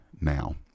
now